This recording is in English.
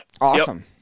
Awesome